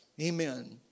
Amen